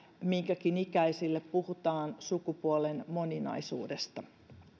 minkäkin ikäisille puhutaan sukupuolen moninaisuudesta